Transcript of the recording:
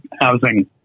housing